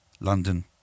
london